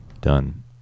done